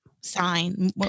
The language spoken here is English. sign